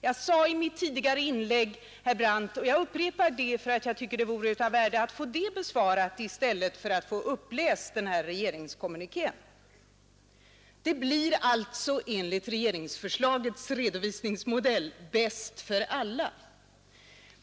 Jag ställde en fråga i mitt tidigare inlägg, herr Brandt, och jag upprepar den för att jag tycker att det vore av värde att få den besvarad i stället för att få den här regeringskommunikén uppläst. Det blir alltså enligt regeringsförslagets redovisningsmodell bäst för alla.